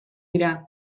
dira